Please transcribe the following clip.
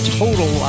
total